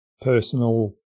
personal